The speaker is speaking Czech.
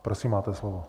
Prosím, máte slovo.